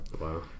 Wow